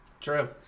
true